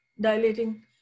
dilating